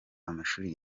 amashuri